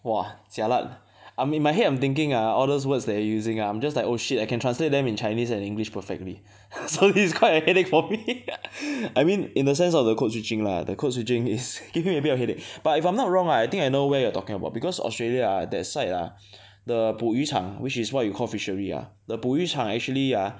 !wah! jialat I mean in my head I'm thinking ah all those words that you are using ah I'm just like oh shit I can translate them in chinese and english perfectly so this is quite a headache for me I mean in a sense of the code switching lah the code switching is giving me a bit of headaches but if I'm not wrong ah I think I know where you're talking about because Australia ah that side ah the 捕鱼场 which is what you call fishery ah the 捕鱼场 actually ah